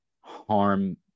harm